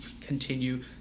continue